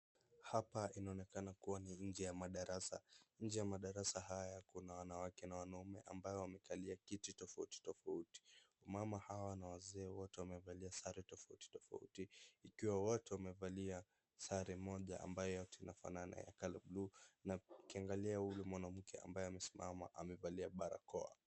Hapa inaonekana kuwa ni nje ya madarasa, nje ya madarasa haya kuna wanawake na wanaume ambaye wamekalia kiti tofauti tofauti, mama hawa na wazee wote wamevalia sare tofauti tofauti ikiwa wote wamevalia sare moja ambaye yote imefanana na ya colour bluu na ukiangalia huyu ni mwanamke ambaye amesimama amevaa barakoa.